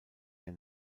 der